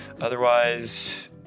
Otherwise